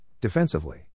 defensively